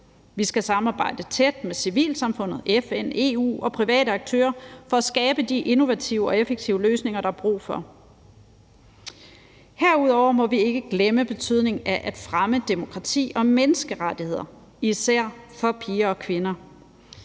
Vi skal samarbejde tæt med civilsamfundet, FN, EU og private aktører for at skabe de innovative og effektive løsninger, der er brug for. Herudover må vi ikke glemme betydningen af at fremme demokrati og menneskerettigheder, især for piger og kvinder.